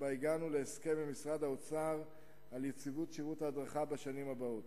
ובה הגענו להסכם עם משרד האוצר על יציבות שירות ההדרכה בשנים הבאות.